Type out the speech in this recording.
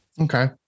Okay